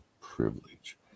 privilege